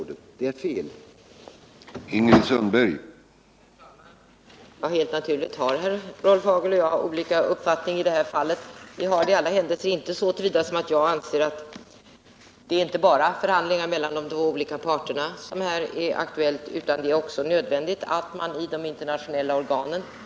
Detta är felaktigt.